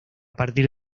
partir